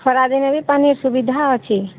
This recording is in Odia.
ଖରା ଦିନେ ବି ପାଣି ସୁବିଧା ଅଛି